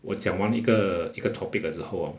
我讲完一个一个 topic 了之后 hor